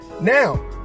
Now